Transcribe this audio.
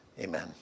Amen